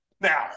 Now